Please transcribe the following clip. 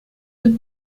with